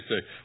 say